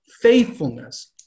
faithfulness